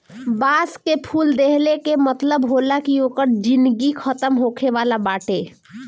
बांस कअ फूल देहले कअ मतलब होला कि ओकर जिनगी खतम होखे वाला बाटे